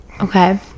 Okay